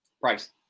price